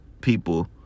people